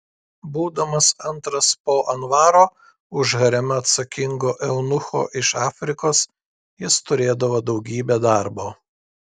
būdamas antras po anvaro už haremą atsakingo eunucho iš afrikos jis turėdavo daugybę darbo